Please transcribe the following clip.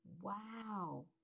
Wow